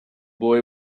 boy